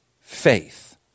Faith